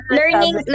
learning